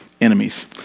enemies